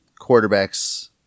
quarterbacks